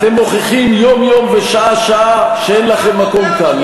אתם מוכיחים יום-יום ושעה-שעה שאין לכם מקום כאן,